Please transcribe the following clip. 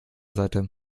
seite